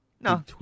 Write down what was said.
No